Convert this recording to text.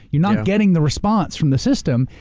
you're not getting the response from the system.